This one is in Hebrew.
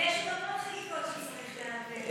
אבל גם פה יש חקיקות שצריך להעביר.